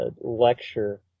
lecture